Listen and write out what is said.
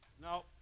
no